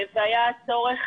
והיה צורך